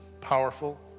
powerful